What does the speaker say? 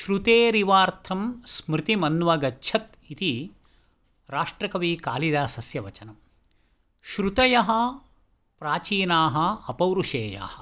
श्रुतेरिवार्थं स्मृतिमन्वगच्छत् इति राष्ट्रकविकालिदासस्य वचनं श्रुतयः प्राचीनाः अपौरुषेयाः